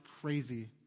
crazy